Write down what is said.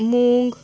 मुंग